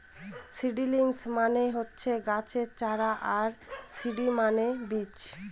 seedlings মানে হচ্ছে গাছের চারা আর সিড মানে বীজ